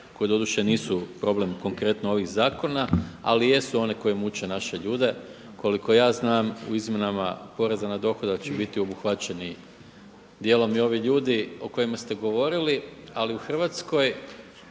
koji doduše nisu problem konkretno ovih zakon ali jesu oni koji muče naše ljude. Koliko ja znam u izmjenama poreza na dohodak će biti obuhvaćeni djelom i ovi ljudi o kojima ste govorili ali u Hrvatskoj